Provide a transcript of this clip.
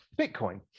Bitcoin